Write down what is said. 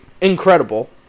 incredible